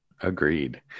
Agreed